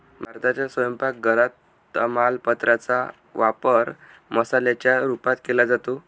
भारताच्या स्वयंपाक घरात तमालपत्रा चा वापर मसाल्याच्या रूपात केला जातो